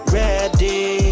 ready